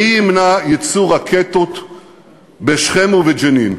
מי ימנע ייצור רקטות בשכם ובג'נין?